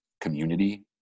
community